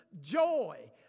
joy